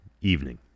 evening